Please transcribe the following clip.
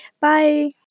Bye